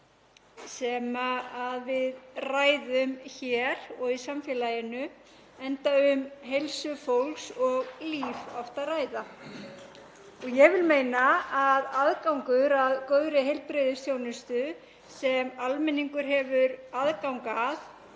sem við ræðum hér og í samfélaginu enda oft um heilsu fólks og líf að ræða. Ég vil meina að aðgangur að góðri heilbrigðisþjónustu sem almenningur hefur aðgang